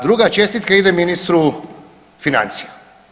Druga čestitka ide ministru financija.